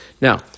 Now